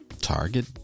target